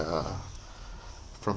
uh from